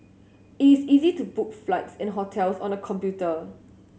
it is easy to book flights and hotels on the computer